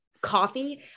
coffee